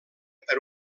per